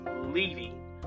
leaving